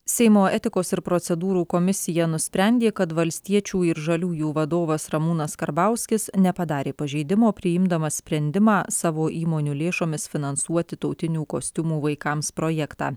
seimo etikos ir procedūrų komisija nusprendė kad valstiečių ir žaliųjų vadovas ramūnas karbauskis nepadarė pažeidimo priimdamas sprendimą savo įmonių lėšomis finansuoti tautinių kostiumų vaikams projektą